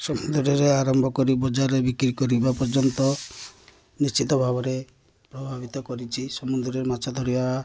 ସମୁଦ୍ରରେ ଆରମ୍ଭ କରି ବଜାରରେ ବିକ୍ରି କରିବା ପର୍ଯ୍ୟନ୍ତ ନିଶ୍ଚିତ ଭାବରେ ପ୍ରଭାବିତ କରିଚି ସମୁଦ୍ରରେ ମାଛ ଧରିବା